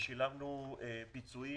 ושילמנו פיצויים.